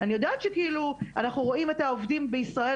אני יודעת שכאילו אנחנו רואים את העובדים הזרים בישראל